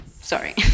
sorry